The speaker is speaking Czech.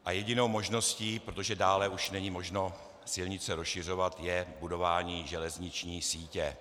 A jedinou možností, protože dále už není možno silnice rozšiřovat, je budování železniční sítě.